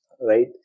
right